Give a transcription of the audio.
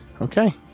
Okay